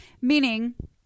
meaning